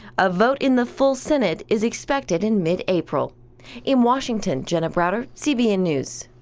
a vote in the full senate is expected in mid-april. in washington, jenna browder, cbn news.